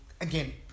again